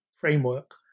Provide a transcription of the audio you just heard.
framework